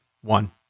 One